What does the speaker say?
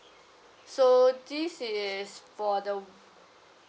so this is for the